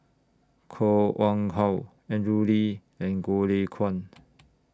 Koh Wang How Andrew Lee and Goh Lay Kuan